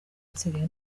nsigaye